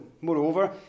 Moreover